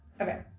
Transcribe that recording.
Okay